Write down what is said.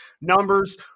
numbers